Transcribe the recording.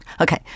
Okay